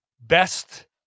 best